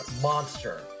monster